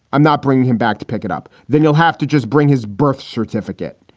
i'm not bringing him back to pick it up. then you'll have to just bring his birth certificate.